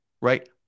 Right